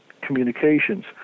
communications